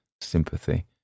sympathy